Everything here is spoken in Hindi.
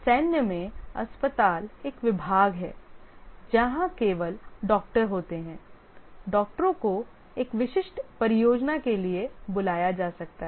सैन्य में अस्पताल एक विभाग है जहां केवल डॉक्टर होते हैं डॉक्टरों को एक विशिष्ट परियोजना के लिए बुलाया जा सकता है